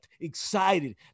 excited